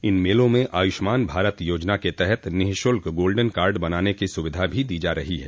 इन मेलों में आयुष्मान भारत योजना के तहत निःशुल्क गोल्डेन कार्ड बनाने की सुविधा भी दी जा रही है